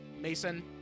Mason